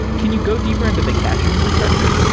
can you go deeper into the caching infrastructure?